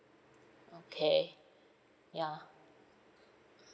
okay ya